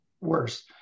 worse